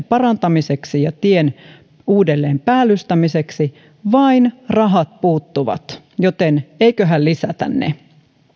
parantamiseksi ja tien uudelleenpäällystämiseksi vain rahat puuttuvat joten eiköhän lisätä ne